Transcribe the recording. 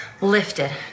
lifted